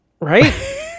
Right